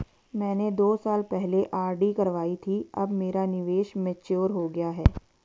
मैंने दो साल पहले आर.डी करवाई थी अब मेरा निवेश मैच्योर हो गया है